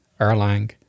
Erlang